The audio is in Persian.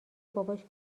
باباش